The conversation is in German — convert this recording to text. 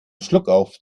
schluckauf